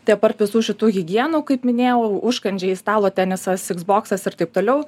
tai apart visų šitų higienų kaip minėjau užkandžiai stalo tenisas boksas ir taip toliau